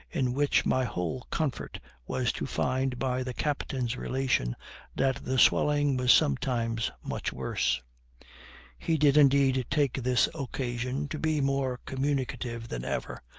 in which my whole comfort was to find by the captain's relation that the swelling was sometimes much worse he did, indeed, take this occasion to be more communicative than ever,